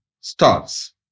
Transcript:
starts